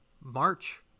March